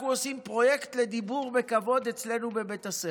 אנחנו עושים פרויקט לדיבור בכבוד אצלנו בבית הספר.